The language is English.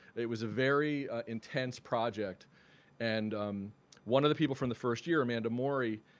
it was a very intense project and one of the people from the first year, amanda morey,